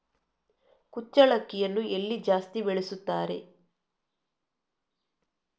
ಕುಚ್ಚಲಕ್ಕಿಯನ್ನು ಎಲ್ಲಿ ಜಾಸ್ತಿ ಬೆಳೆಸುತ್ತಾರೆ?